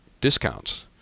discounts